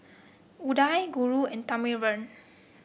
Udai Guru and Thamizhavel